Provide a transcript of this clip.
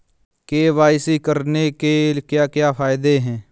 KYC करने के क्या क्या फायदे हैं?